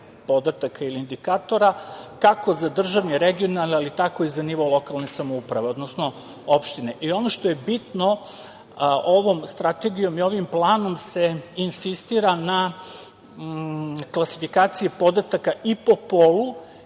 podataka ili indikatora, kako za državni, regionalni, ali tako i za nivo lokalne samouprave, odnosno opštine. Ono što je bitno ovom strategijom, ovim planom, se insistira na klasifikaciji podataka i po polu